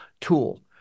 tool